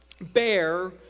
bear